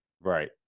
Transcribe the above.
Right